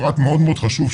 פרט מאוד מאוד חשוב,